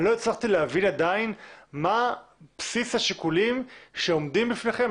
אני לא הצלחתי להבין עדיין מה בסיס השיקולים שעומדים בפניכם.